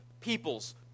peoples